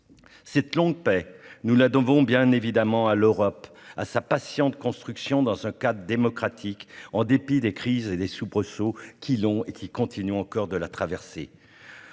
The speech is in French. Cette longue paix, nous la devons bien évidemment à l'Europe, à sa patiente construction dans un cadre démocratique, en dépit des crises et soubresauts qui l'ont traversée et qui continuent de le faire.